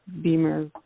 Beamer